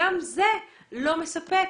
וגם זה לא מספק.